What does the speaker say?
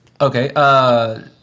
Okay